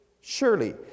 Surely